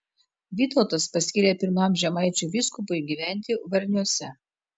vytautas paskyrė pirmam žemaičių vyskupui gyventi varniuose